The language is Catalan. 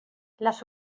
les